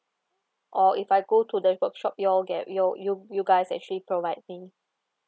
or if I go to the workshop you all get you you you guys actually provide me